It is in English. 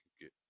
get